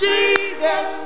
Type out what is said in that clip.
Jesus